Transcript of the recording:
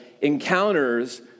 encounters